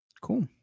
Cool